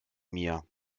mir